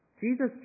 Jesus